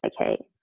okay